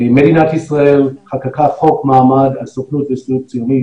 מדינת ישראל חוקקה חוק מעמד על הסוכנות וההסתדרות הציונית,